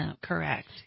Correct